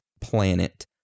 planet